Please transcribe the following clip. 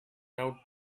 out